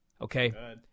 okay